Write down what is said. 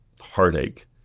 heartache